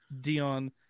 dion